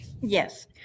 Yes